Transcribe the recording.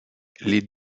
les